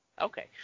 Okay